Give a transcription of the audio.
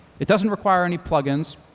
it doesn't require any plugins,